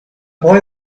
boy